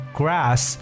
grass